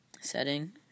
setting